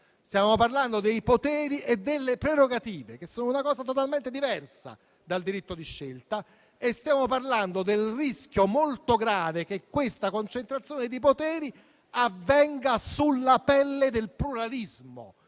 di scelta, ma dei poteri e delle prerogative, che sono una cosa totalmente diversa dal diritto di scelta e stiamo parlando del rischio molto grave che questa concentrazione di poteri avvenga sulla pelle del pluralismo.